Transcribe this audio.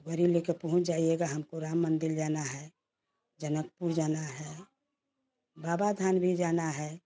गाड़ी ले के पहुँच जाइएगा हमको राम मंदिर जाना है जनकपुर जाना है बाबा धाम भी जाना है